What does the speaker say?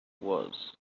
was